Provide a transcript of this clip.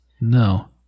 No